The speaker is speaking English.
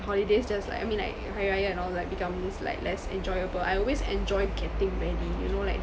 holidays just like I mean like hari raya and all like becomes like less enjoyable I always enjoy getting ready you know like